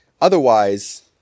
Otherwise